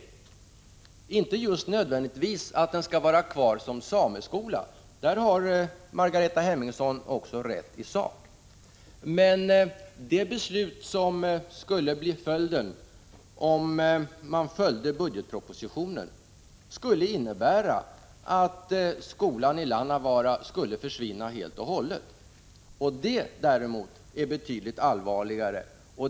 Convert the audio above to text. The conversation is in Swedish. Skolan behöver inte nödvändigtvis vara kvar som sameskola — också på den punkten har Margareta Hemmingsson rätt i sak — men det beslut som skulle bli resultatet om man följde budgetpropositionen skulle innebära att skolan i Lannavaara skulle försvinna helt och hållet, och det är betydligt allvarligare.